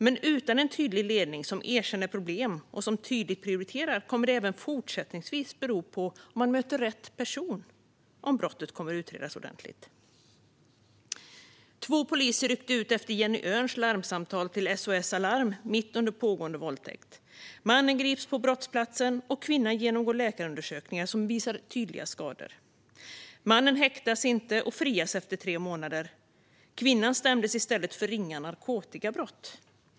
Men utan en tydlig ledning som erkänner problem och som tydligt prioriterar detta kommer det även fortsättningsvis att bero på om man möter rätt person om brottet kommer att utredas ordentligt. Två poliser ryckte ut efter Jenny Örns larmsamtal till SOS Alarm mitt under pågående våldtäkt. Mannen grips på brottsplatsen, och kvinnan genomgår läkarundersökningar som visar tydliga skador. Mannen häktas inte och frias efter tre månader. Kvinnan stämdes i stället för ringa narkotikabrott.